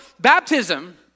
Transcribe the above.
baptism